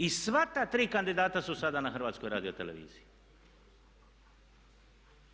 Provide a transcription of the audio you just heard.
I sva ta tri kandidata su sada na HRT-u.